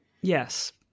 Yes